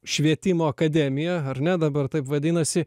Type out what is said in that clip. švietimo akademija ar ne dabar taip vadinasi